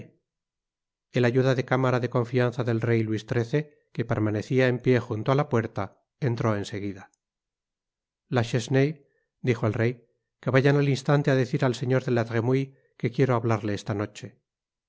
rey la chesnaye el ayuda de cámara de confianza del rey luis xiii que permanecía en pié junto á la puerta entró en seguida la chesnaye dijo el rey que vayan al instante á decir al señor de la tremouille que quiero hablarle esta noche